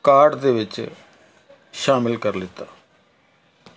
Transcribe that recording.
card ਦੇ ਵਿੱਚ ਸ਼ਾਮਿਲ ਕਰ ਲਿਤਾ